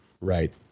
right